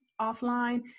offline